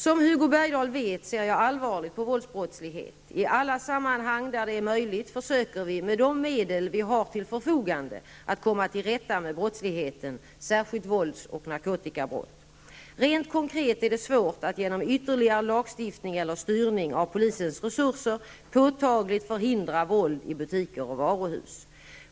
Som Hugo Bergdahl vet, ser jag allvarligt på våldsbrottslighet. I alla sammanhang där det är möjligt försöker vi med de medel vi har till förfogande att komma till rätta med brottsligheten, särskilt vålds och narkotikabrott. Rent konkret är det svårt att genom ytterligare lagstiftning eller styrning av polisens resurser påtagligt förhindra våld i butiker och varuhus.